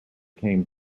came